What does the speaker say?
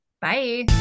Bye